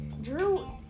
Drew